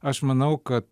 aš manau kad